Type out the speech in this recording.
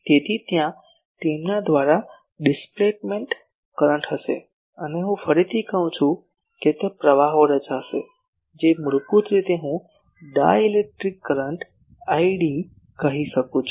તેથી ત્યાં તેમના દ્વારા ડિસ્પ્લેસમેન્ટ કરંટ હશે અને હું ફરીથી કહી શકું છું કે ત્યાં પ્રવાહો હશે જે મૂળભૂત રીતે હું ડાઇલેક્ટ્રિક કરંટ id કહી શકું છું